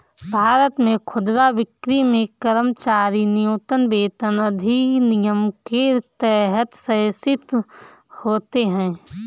भारत में खुदरा बिक्री में कर्मचारी न्यूनतम वेतन अधिनियम के तहत शासित होते है